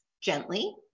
Gently